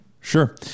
Sure